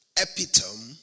epitome